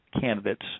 candidates